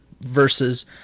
versus